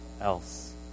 else